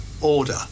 order